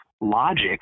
logic